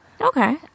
Okay